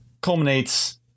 culminates